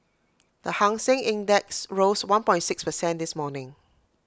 the hang Seng index rose one point six per cent this morning